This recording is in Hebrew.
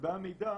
לגבי המידע.